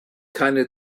keine